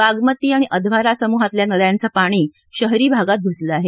बागमती आणि अधवारा समुहातल्या नद्यांच पाणी शहरी भागात घुसलं आहे